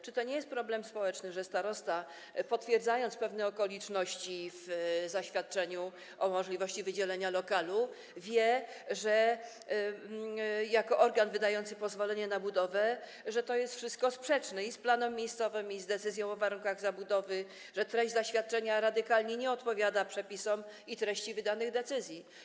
Czy to nie jest problem społeczny, że starosta, potwierdzając pewne okoliczności w zaświadczeniu o możliwości wydzielenia lokalu, wie jako organ wydający pozwolenie na budowę, że to wszystko jest sprzeczne z planem miejscowym, z decyzją o warunkach zabudowy, że treść zaświadczenia radykalnie nie odpowiada przepisom i treści wydanych decyzji?